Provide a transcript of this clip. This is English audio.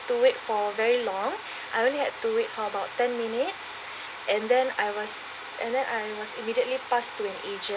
to wait for very long I only had to wait for about ten minutes and then I was and then I was immediately passed to an agent